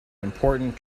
important